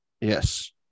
Yes